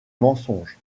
mensonge